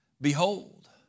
Behold